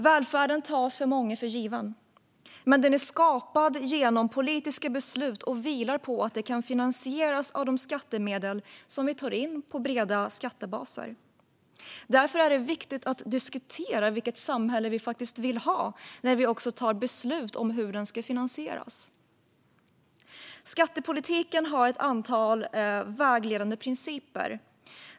Välfärden tas av många för given. Men den är skapad genom politiska beslut och vilar på att den kan finansieras av de skattemedel som vi tar in på breda skattebaser. Därför är det viktigt att när vi fattar beslut om hur den ska finansieras också diskutera vilket samhälle vi vill ha. Skattepolitiken har ett antal vägledande principer.